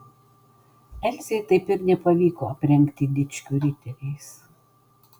elzei taip ir nepavyko aprengti dičkių riteriais